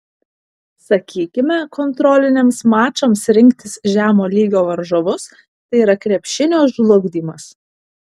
sakykime kontroliniams mačams rinktis žemo lygio varžovus tai yra krepšinio žlugdymas